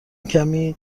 کمی